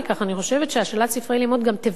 אני חושבת שהשאלת ספרי לימוד גם תוודא